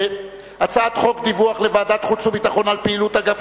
הצעת חוק דיווח לוועדת החוץ והביטחון על פעילות אגף